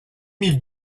mille